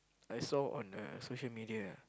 I saw on the social media ah